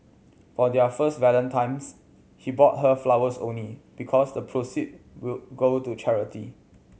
for their first Valentine's he bought her flowers only because the proceed will go to charity